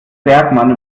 bergmann